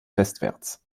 westwärts